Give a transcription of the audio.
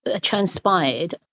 transpired